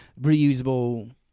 reusable